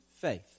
faith